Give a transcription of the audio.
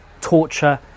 torture